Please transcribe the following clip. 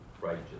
righteous